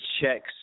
checks